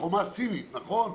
חומה סינית, נכון?